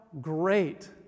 great